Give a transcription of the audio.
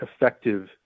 effective